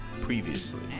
previously